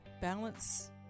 balance